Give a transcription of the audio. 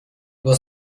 was